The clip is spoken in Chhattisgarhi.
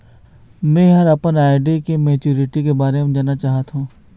में ह अपन आर.डी के मैच्युरिटी के बारे में जानना चाहथों